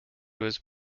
was